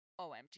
omg